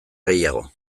gehiago